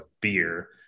beer